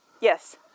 Yes